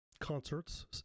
concerts